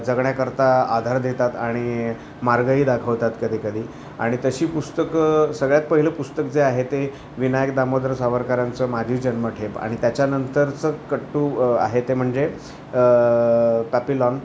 जगण्याकरता आधार देतात आणि मार्गही दाखवतात कधीकधी आणि तशी पुस्तकं सगळ्यात पहिलं पुस्तक जे आहे ते विनायक दामोदर सावरकरांचं माझी जन्मठेप आणि त्याच्यानंतरचं कट टू आहे ते म्हणजे पॅपिलॉन